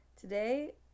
Today